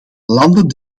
landen